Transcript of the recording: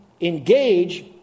engage